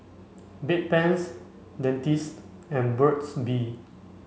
Bedpans Dentiste and Burt's bee